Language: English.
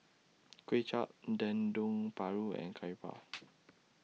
Kuay Chap Dendeng Paru and Curry Puff